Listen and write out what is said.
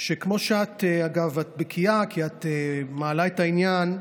ואגב, את בקיאה, כי את מעלה את העניין,